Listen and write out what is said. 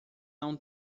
não